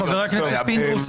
חבר הכנסת פינדרוס?